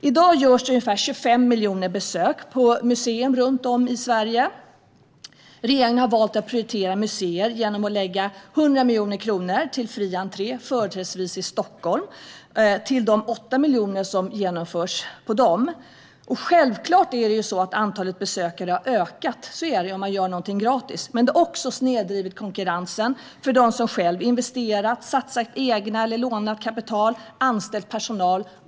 I dag görs ungefär 25 miljoner besök på museer runt om i Sverige. Regeringen har valt att prioritera museer genom att lägga 100 miljoner kronor på fri entré företrädesvis i Stockholm, till de 8 miljoner besök som görs där. Självklart har antalet besökare ökat - så är det om man gör någonting gratis. Men detta har också snedvridit konkurrensen för dem som själva har investerat, satsat eget eller lånat kapital och anställt personal.